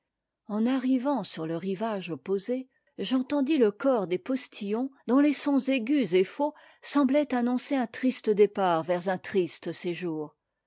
en arrivant sur le rivage opposé j'entendis le cor despostillons dont les sons aigus et faux semblaient annoncer un triste départ vers un triste séjour